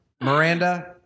Miranda